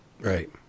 Right